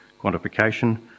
quantification